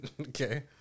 Okay